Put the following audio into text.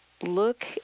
Look